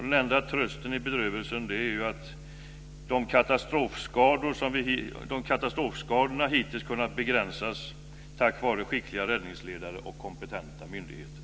Den enda trösten i bedrövelsen är att katastrofskadorna hittills har kunnat begränsas tack vare skickliga räddningsledare och kompetenta myndigheter.